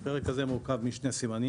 הפרק מורכב משני סימנים,